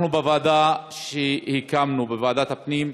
אנחנו, בוועדה שהקמנו בוועדת הפנים,